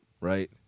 right